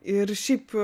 ir šiaip